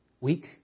week